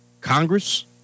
Congress